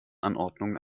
anordnungen